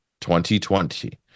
2020